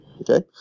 Okay